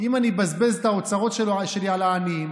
אם אני מבזבז את האוצרות שלי על העניים,